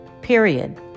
period